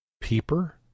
peeper